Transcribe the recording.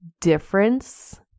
difference